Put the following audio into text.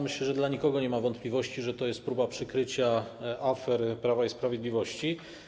Myślę, że nikt nie ma wątpliwości, że to jest próba przykrycia afer Prawa i Sprawiedliwości.